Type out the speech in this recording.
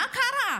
מה קרה?